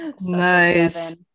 Nice